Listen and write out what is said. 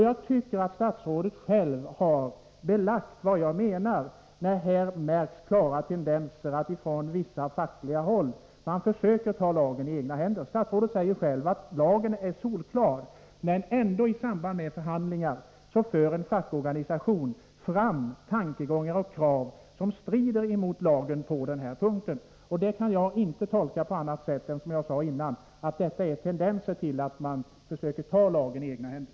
Jag tycker att statsrådet själv har belagt vad jag menar, när det nu märks klara tendenser till att man från vissa fackliga håll försöker ta lagen i egna händer. Statsrådet säger själv att lagen är solklar, men ändå för en facklig organisation i samband med förhandlingar fram tankegångar och krav som strider mot lagen på denna punkt. Det kan jag inte tolka på annat sätt än att det är något som jag redovisade tidigare, nämligen tendenser till att man försöker ta lagen i egna händer.